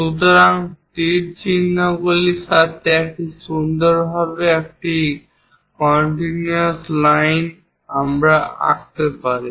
সুতরাং তীরচিহ্নগুলির সাথে একটি সুন্দরভাবে একটি কন্টিনিউয়াস লাইন আমরা আঁকতে পারি